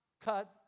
cut